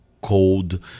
cold